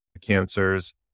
cancers